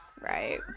Right